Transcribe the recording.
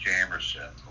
Jamerson